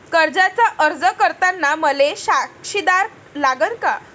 कर्जाचा अर्ज करताना मले साक्षीदार लागन का?